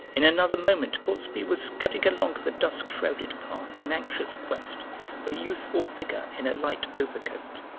in another moment gortsby was scudding along the dusk shrouded path in anxious quest for a youthful figure in a light overcoat.